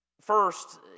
first